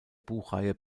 buchreihe